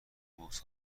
موسی